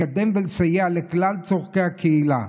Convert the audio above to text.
לקדם ולסייע לכלל צורכי הקהילה.